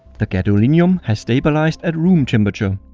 the gadolinium has stabilized at room temperature.